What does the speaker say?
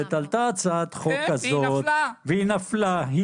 הקודמת עלתה הצעת חוק כזאת והיא נפלה.